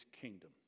kingdom